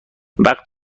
وقت